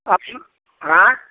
आ हँ